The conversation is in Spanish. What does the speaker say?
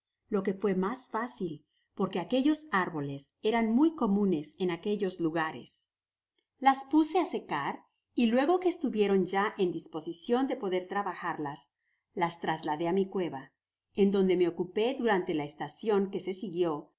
lo que fué mas fácil porque aquellos árboles eran muy comunes en aquellos lugares las puse á secar y luego que estuvieron ya en disposicion de poder trabajarlas las trasladé á mi cueva en donde me ocupé durante la estacion que se siguió